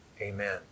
amen